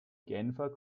genfer